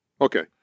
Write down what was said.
Okay